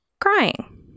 crying